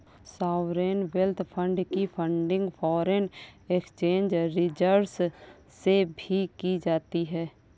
sovereign wealth fund की funding foreign exchange reserves से भी की जाती है